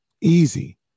easy